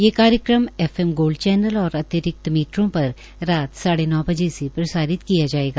यह कार्यक्रम F M gold channel और अतिरिक्त मीटरों पर रात साढ़े नौ बजे से प्रसारित किया जायेगा